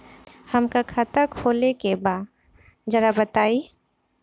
हमका खाता खोले के बा जरा बताई?